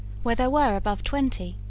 where there were above twenty,